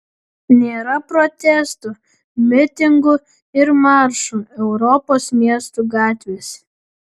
nėra protestų mitingų ir maršų europos miestų gatvėse